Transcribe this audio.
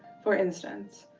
for instance,